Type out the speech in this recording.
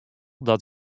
dat